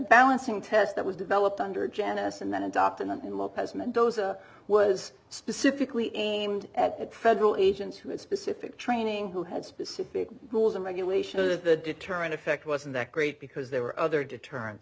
balancing test that was developed under janice and then adopted as mendoza was specifically aimed at federal agents who had specific training who had specific rules and regulation of the deterrent effect wasn't that great because there were other deterrent